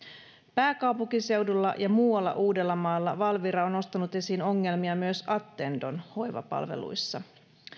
pääkaupunkiseudulla ja muualla uudellamaalla valvira on nostanut esiin ongelmia myös attendon hoivapalveluissa